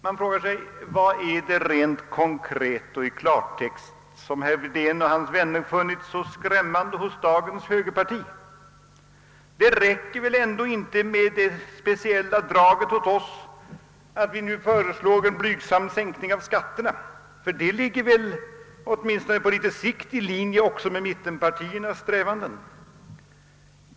Man frågar sig: Vad är det, rent konkret och i klartext, som herr Wedén och hans vänner har funnit så skrämmande hos dagens högerparti? Det räcker väl ändå inte med det speciella draget hos oss att föreslå en blyg sam sänkning av skatterna. Detta ligger väl på litet sikt i linje med mittenpartiernas strävanden.